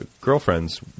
girlfriends